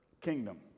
kingdom